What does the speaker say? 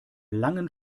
langen